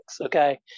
Okay